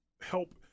help